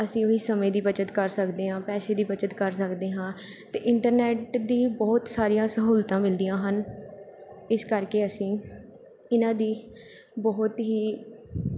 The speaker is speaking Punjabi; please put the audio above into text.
ਅਸੀਂ ਉਹੀ ਸਮੇਂ ਦੀ ਬੱਚਤ ਕਰ ਸਕਦੇ ਹਾਂ ਪੈਸੇ ਦੀ ਬੱਚਤ ਕਰ ਸਕਦੇ ਹਾਂ ਅਤੇ ਇੰਟਰਨੈੱਟ ਦੀ ਬਹੁਤ ਸਾਰੀਆਂ ਸਹੂਲਤਾਂ ਮਿਲਦੀਆਂ ਹਨ ਇਸ ਕਰਕੇ ਅਸੀਂ ਇਨ੍ਹਾਂ ਦੀ ਬਹੁਤ ਹੀ